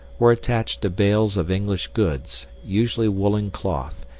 were attached to bales of english goods, usually woolen cloth,